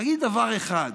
תגיד דבר אחד,